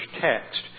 text